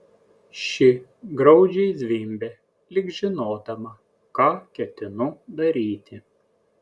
ši graudžiai zvimbė lyg žinodama ką ketinu daryti